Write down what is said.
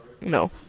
No